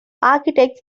architects